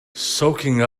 soaking